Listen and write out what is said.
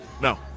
no